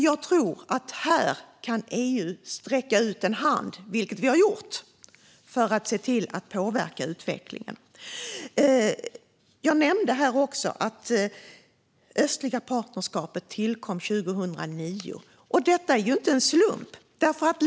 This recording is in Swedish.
Jag tror att EU här kan sträcka ut en hand för att se till att påverka utvecklingen - vilket vi har gjort. Jag nämnde också att det östliga partnerskapet tillkom 2009, och det var ju inte en slump.